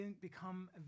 become